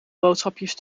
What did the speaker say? boodschapjes